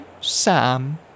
Sam